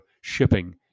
shipping